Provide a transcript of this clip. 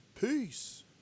Peace